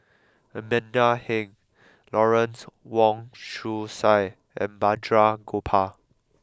Amanda Heng Lawrence Wong Shyun Tsai and Balraj Gopal